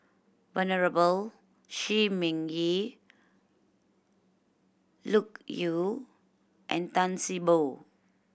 Venerable Shi Ming Yi Loke Yew and Tan See Boo